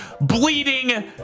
bleeding